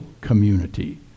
community